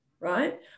right